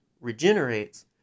regenerates